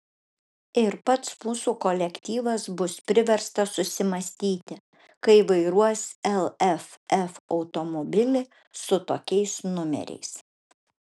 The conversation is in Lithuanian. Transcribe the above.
ir pats mūsų kolektyvas bus priverstas susimąstyti kai vairuos lff automobilį su tokiais numeriais